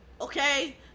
okay